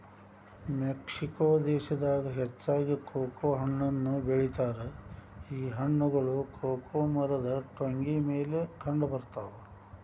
Mexico ದೇಶದಾಗ ಹೆಚ್ಚಾಗಿ cocoa ಹಣ್ಣನ್ನು ಬೆಳಿತಾರ ಈ ಹಣ್ಣುಗಳು ಕೊಕೊ ಮರದ ಟೊಂಗಿ ಮೇಲೆ ಕಂಡಬರ್ತಾವ